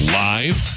live